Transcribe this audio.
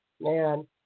Man